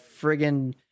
friggin